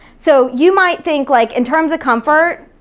so you might think like in terms of comfort,